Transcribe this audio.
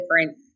different